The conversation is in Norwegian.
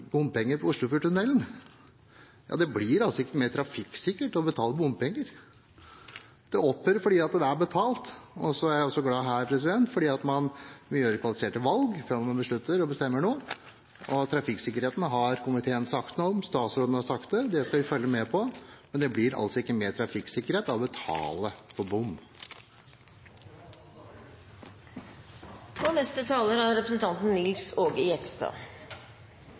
bompenger for Oslofjordtunnelen opphører. Det blir ikke mer trafikksikkerhet av å betale bompenger. Det opphører fordi det er betalt. Jeg er også glad for at man her gjør kvalifiserte valg før man beslutter noe og bestemmer noe. Trafikksikkerheten har både komiteen og statsråden sagt noe om. Det skal vi følge med på. Men det blir ikke mer trafikksikkerhet av å betale for bom.